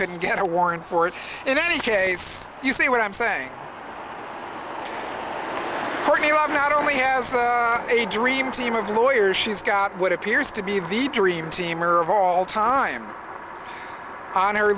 couldn't get a warrant for it in any case you see what i'm saying put me off not only has a dream team of lawyers she's got what appears to be the dream team or of all time on